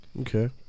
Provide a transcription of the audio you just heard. Okay